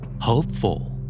Hopeful